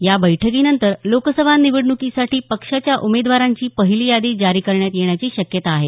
या बैठकीनंतर लोकसभा निवडण्कीसाठी पक्षाच्या उमेदवारांची पहिली यादी जारी करण्यात येण्याची शक्यता आहे